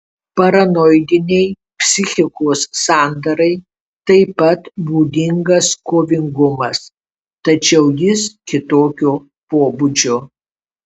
paranoidinei psichikos sandarai taip pat būdingas kovingumas tačiau jis kitokio pobūdžio